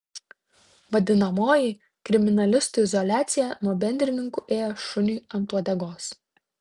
vadinamoji kriminalistų izoliacija nuo bendrininkų ėjo šuniui ant uodegos